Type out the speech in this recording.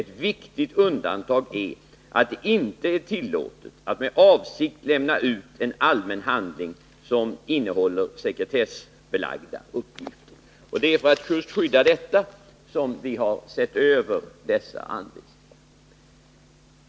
Ett viktigt undantag är att det inte är tillåtet att med avsikt lämna ut en allmän handling som innehåller sekretessbelagda uppgifter. Det är för att skydda dessa som vi har sett över anvisningarna.